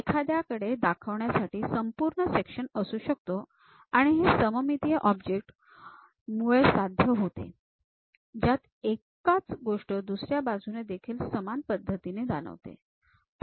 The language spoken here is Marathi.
एखाद्याकडे दाखवण्यासाठी संपूर्ण सेक्शन असू शकतो आणि हे सममितीय ऑब्जेक्ट मूळे साध्य होते ज्यात एकाच गोष्ट दुसऱ्या बाजूने देखील समान पद्धतीने जाणवते